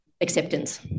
acceptance